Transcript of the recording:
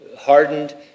hardened